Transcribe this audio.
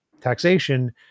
taxation